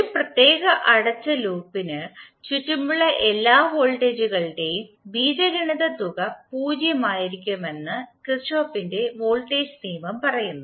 ഒരു പ്രത്യേക അടച്ച ലൂപ്പിന് ചുറ്റുമുള്ള എല്ലാ വോൾട്ടേജുകളുടെയും ബീജഗണിത തുക പൂജ്യം ആയിരിക്കുമെന്ന് കിർചോഫിന്റെ വോൾട്ടേജ് നിയമം പറയുന്നു